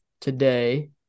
today